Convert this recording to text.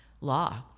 law